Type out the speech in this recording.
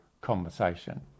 conversation